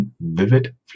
Vivid